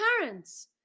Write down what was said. parents